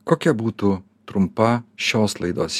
kokia būtų trumpa šios laidos